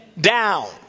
down